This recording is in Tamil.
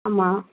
ஆமாம்